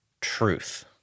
truth